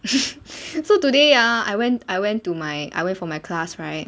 so today ah I went I went to my I went for my class right